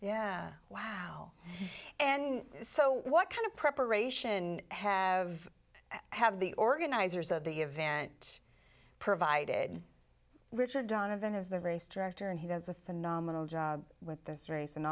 yeah wow and so what kind of preparation have have the organizers of the event provided richard donovan is the race director and he goes with the nominal job with this race and